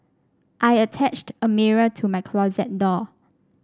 I attached a mirror to my closet door